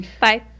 Bye